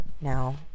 now